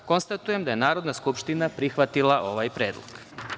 Konstatujem da je Narodna skupština prihvatila ovaj predlog.